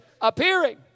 appearing